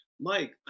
Mike